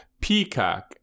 Peacock